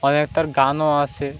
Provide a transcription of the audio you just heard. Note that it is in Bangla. অনেকটার গানও আছে